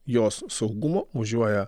jos saugumo važiuoja